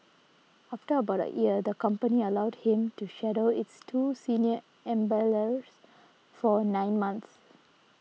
after about a year the company allowed him to shadow its two senior embalmers for nine months